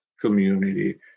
community